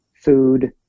food